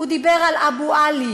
הוא דיבר על "אבו עלי",